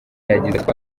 yagize